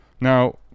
now